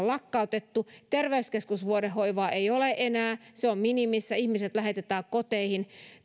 lakkautettu terveyskeskusvuodehoivaa ei ole enää se on minimissä ihmiset lähetetään koteihin